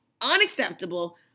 unacceptable